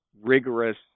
rigorous